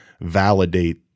validate